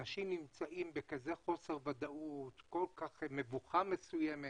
אנשים נמצאים בחוסר ודאות, במבוכה מסוימת,